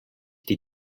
die